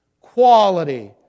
quality